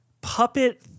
puppet